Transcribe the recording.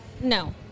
No